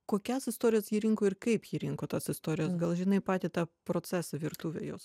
kokias istorijas ji rinko ir kaip ji rinko tas istorijas gal žinai patį tą procesą virtuvę jos